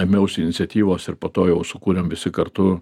ėmiausi iniciatyvos ir po to jau sukūrėm visi kartu